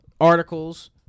articles